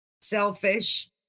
selfish